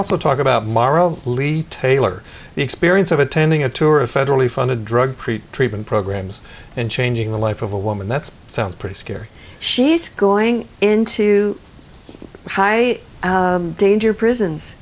also talk about tomorrow lead taylor the experience of attending a tour of federally funded drug preet treatment programs and changing the life of a woman that's sounds pretty scary she's going into high danger prisons